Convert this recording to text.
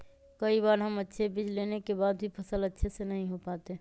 कई बार हम अच्छे बीज लेने के बाद भी फसल अच्छे से नहीं हो पाते हैं?